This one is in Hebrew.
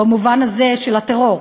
במובן הזה של הטרור.